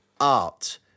art